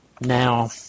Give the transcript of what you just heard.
now